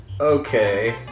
Okay